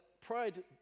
pride